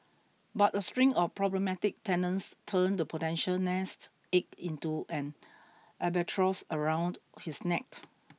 but a string of problematic tenants turned the potential nest egg into an albatross around his neck